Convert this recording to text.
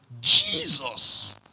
Jesus